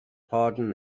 pardon